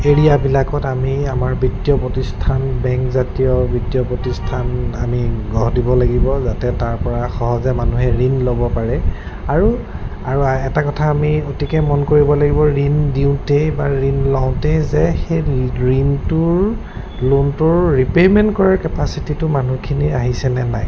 এৰিয়াবিলাকত আমি আমাৰ বিত্তীয় প্ৰতিষ্ঠান বেংকজাতীয় বত্তীয় প্ৰতিষ্ঠান আমি গঢ় দিব লাগিব যাতে তাৰপৰা সহজে মানুহে ঋণ ল'ব পাৰে আৰু আৰু এটা কথা আমি অতিকে মন কৰিব লাগিব ঋণ দিওঁতেই বা ঋণ লওঁতেই যে সেই ঋণটোৰ লোনটোৰ ৰিপে'মেণ্ট কৰাৰ কেপাচিটিটো মানুহখিনি আহিছেনে নাই